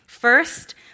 First